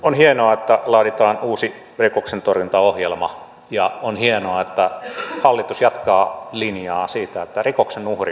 on hienoa että laaditaan uusi rikoksentorjuntaohjelma ja on hienoa että hallitus jatkaa sitä linjaa että rikoksen uhri on keskiössä